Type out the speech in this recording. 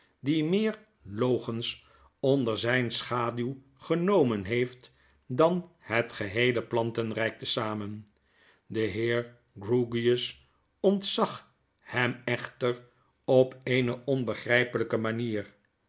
die meer logens onder zijn schaduw genomen heeft dan het geheele plantenrijk te zamen de heer grewgious ontzag hem ecbter op eene onbegrgpelpe manier